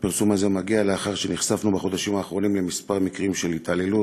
הפרסום הזה מגיע לאחר שנחשפנו בחודשים האחרונים לכמה מקרים של התעללות,